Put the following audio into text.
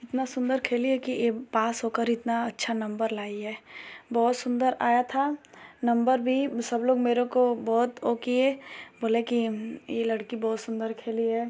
इतना सुंदर खेली है कि ए पास होकर इतना अच्छा नम्बर लाई है बहुत सुंदर आया था नम्बर भी सब लोग मेरे को बहुत वो किए बोले कि यह लड़की बहुत सुंदर खेली है